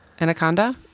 Anaconda